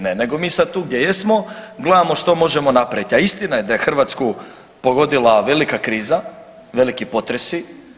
Nego mi tu sad gdje jesmo gledamo što možemo napraviti, a istina je da je Hrvatsku pogodila velika kriza, veliki potresi.